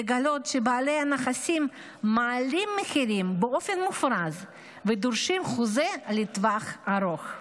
לגלות שבעלי הנכסים מעלים מחירים באופן מופרז ודורשים חוזה לטווח ארוך.